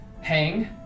Hang